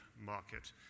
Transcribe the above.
market